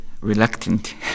reluctant